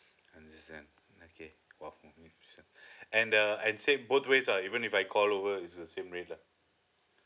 understand okay one for fifty cents and the and you said both ways uh even if I call over is the same rate lah